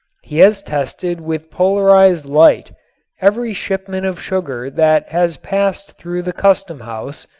he has tested with polarized light every shipment of sugar that has passed through the custom house,